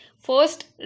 First